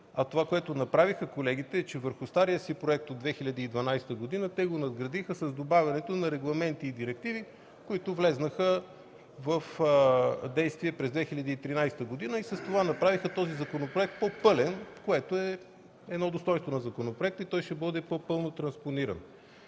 Това, което направиха колегите, е, че надградиха стария си проект от 2012 г. с добавянето на регламенти и директиви, които влезнаха в действие през 2013 г., и с това направиха този законопроект по-пълен, което е едно достойнство на законопроекта и ще бъде по-пълно транспониран.